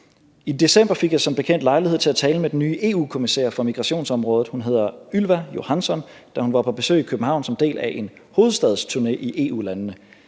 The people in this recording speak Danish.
I december fik jeg som bekendt lejlighed til at tale med den nye EU-kommissærer for migrationsområdet, som hedder Ylva Johansson, da hun var på besøg i København som en del af en hovedstadsturné i EU-landene.